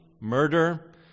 murder